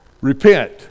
Repent